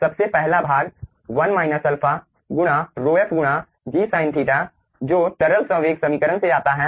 सबसे पहला भाग1 माइनस अल्फा गुणा ρf गुणा g sin θ जो तरल संवेग समीकरण से आता है